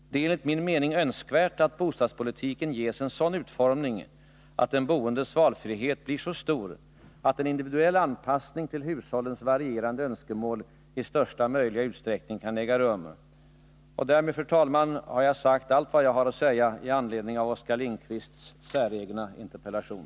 Det är enligt min mening önskvärt att bostadspolitiken ges en sådan utformning att den boendes valfrihet blir så stor att en individuell anpassning till hushållens varierande önskemål i största möjliga utsträckning kan äga rum. Därmed, fru talman, har jag sagt allt jag har att säga med anledning av Oskar Lindkvists säregna interpellation.